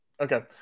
Okay